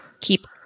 keep